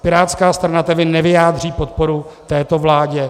Pirátská strana tedy nevyjádří podporu této vládě.